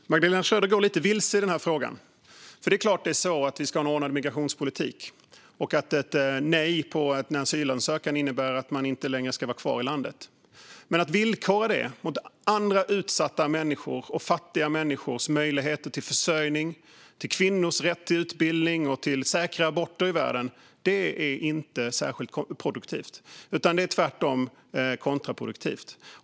Fru talman! Magdalena Schröder går lite vilse i frågan. Det är klart att vi ska ha en ordnad migrationspolitik, och ett nej på en asylansökan innebär att man inte längre ska vara kvar i landet. Men att villkora detta mot andra utsatta människors och fattiga människors möjligheter till försörjning, till kvinnors rätt till utbildning och till säkra aborter i världen är inte särskilt produktivt. Det är tvärtom kontraproduktivt.